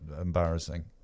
embarrassing